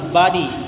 body